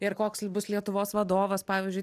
ir koks bus lietuvos vadovas pavyzdžiui